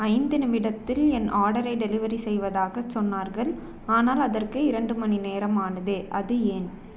ஐந்து நிமிடத்தில் என் ஆர்டரை டெலிவெரி செய்வதாகச் சொன்னார்கள் ஆனால் அதற்கு இரண்டு மணிநேரம் ஆனதே அது ஏன்